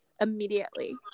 immediately